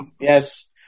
Yes